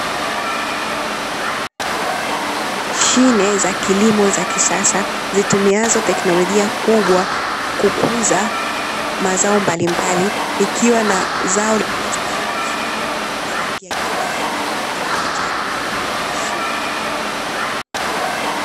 Mashine za kilimo za kisasa zitumiazo teknolojia kubwa kukuza mazao mbalimbali, ikiwa na zao lililostawi vizuri kwa rangi ya kijani na limechanua vizuri.